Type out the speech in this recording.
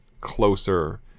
closer